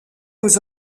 aux